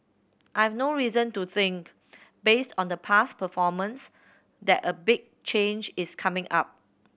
I've no reason to think based on the past performance that a big change is coming up